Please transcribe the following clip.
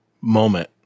moment